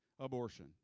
Abortion